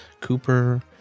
Cooper